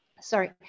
sorry